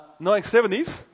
1970s